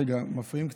רגע, מפריעים קצת,